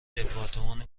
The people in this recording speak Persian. دپارتمان